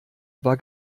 war